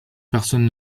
personne